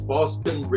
Boston